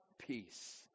peace